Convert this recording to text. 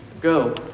Go